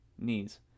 Knees